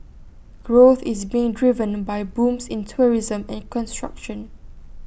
growth is being driven by booms in tourism and construction